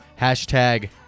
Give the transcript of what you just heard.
Hashtag